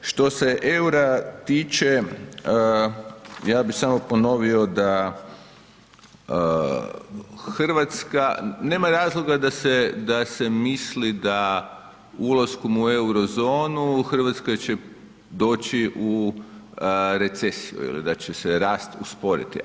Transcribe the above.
Što se eura tiče ja bih samo ponovio da Hrvatska nema razloga da se misli da ulaskom u euro-zonu Hrvatska će doći u recesiju ili da će se rast usporiti.